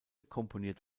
komponiert